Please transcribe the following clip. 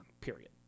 period